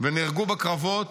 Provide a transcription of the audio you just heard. ונהרגו בקרבות,